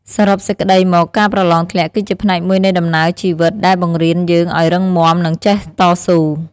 សរុបសេចក្ដីមក ការប្រឡងធ្លាក់ គឺជាផ្នែកមួយនៃដំណើរជីវិតដែលបង្រៀនយើងឲ្យរឹងមាំ និងចេះតស៊ូ។